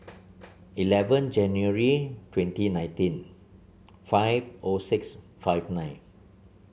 eleven January twenty nineteen five O six five nine